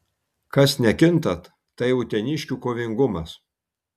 kas nekinta tai uteniškių kovingumas